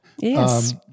Yes